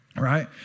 Right